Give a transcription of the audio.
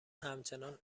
همچنان